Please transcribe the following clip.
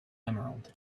emerald